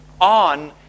on